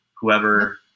whoever